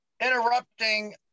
Interrupting